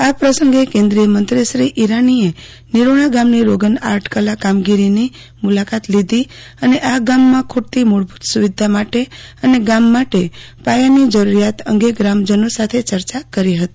આ પ્રસંગે કેન્દ્રીય મંત્રી શ્રી ઈરાનીએ નિરોણા ગામની રોગન આર્ટ કલા કારીગરીની મુલાકાત લીધી અને આ ગામમાં ખૂટતી મૂળભૂત સુવિધા માટે અને ગામ માટે પાયાની જરૂરિયાત અંગે ગ્રામજનો સાથે ચર્ચા કરી હતી